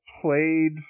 played